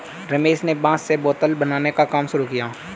रमेश ने बांस से बोतल बनाने का काम शुरू किया है